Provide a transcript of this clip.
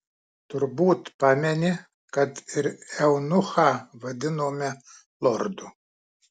turbūt pameni kad ir eunuchą vadinome lordu